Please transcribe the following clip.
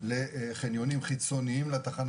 לחניונים חיצוניים לתחנה